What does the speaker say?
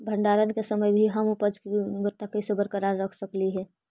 भंडारण के समय भी हम उपज की गुणवत्ता कैसे बरकरार रख सकली हे?